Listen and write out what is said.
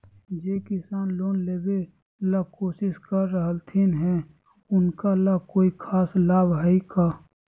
जे किसान लोन लेबे ला कोसिस कर रहलथिन हे उनका ला कोई खास लाभ हइ का?